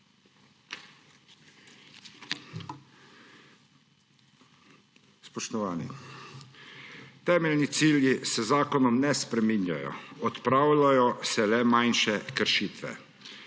Spoštovani! Temeljni cilji se z zakonom ne spreminjajo, odpravljajo se le manjše kršitve.